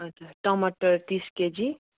हजुर टमाटर तिस केजी